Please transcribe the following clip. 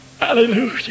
Hallelujah